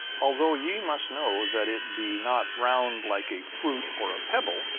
although ye must know that it be not round like a fruit or a pebble.